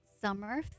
Summer